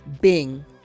Bing